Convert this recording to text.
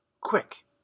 Quick